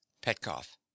Petkoff